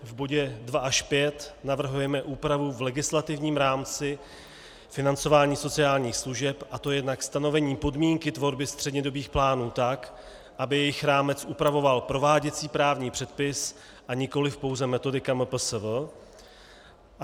V bodě 2 a 5 navrhujeme úpravu v legislativním rámci financování sociálních služeb, a to jednak stanovením podmínky tvorby střednědobých plánů tak, aby jejich rámec upravoval prováděcí právní předpis, a nikoliv pouze metodika MPSV.